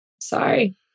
Sorry